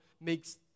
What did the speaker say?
makes